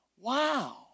Wow